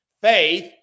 faith